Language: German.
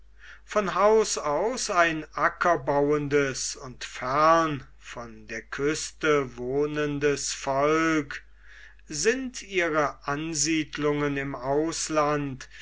von haus aus ein ackerbauendes und fern von der küste wohnendes volk sind ihre ansiedlungen im ausland